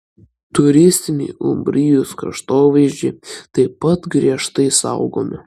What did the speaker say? turistiniai umbrijos kraštovaizdžiai taip pat griežtai saugomi